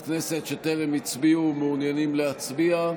כנסת שטרם הצביעו ומעוניינים להצביע?